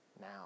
now